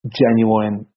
genuine